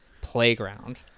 playground